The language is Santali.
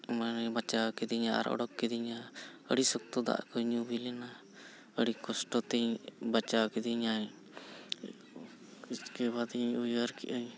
ᱢᱟᱱᱮ ᱵᱟᱧᱪᱟᱣ ᱠᱤᱫᱤᱧᱟ ᱟᱨ ᱚᱰᱳᱠ ᱠᱤᱫᱤᱧᱟ ᱟᱹᱰᱤ ᱥᱚᱠᱛᱚ ᱫᱟᱜ ᱠᱚᱧ ᱧᱩ ᱦᱩᱭ ᱞᱮᱱᱟ ᱟᱹᱰᱤ ᱠᱚᱥᱴᱚᱛᱤᱧ ᱵᱟᱧᱪᱟᱣ ᱠᱤᱫᱤᱧᱟᱭ ᱤᱥᱠᱮᱵᱟᱫᱤᱧ ᱩᱭᱦᱟᱹᱨ ᱠᱮᱜᱼᱟᱹᱧ